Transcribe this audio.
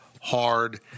hard